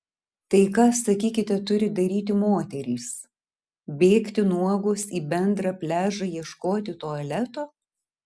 tai ką sakykite turi daryti moterys bėgti nuogos į bendrą pliažą ieškoti tualeto